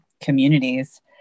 communities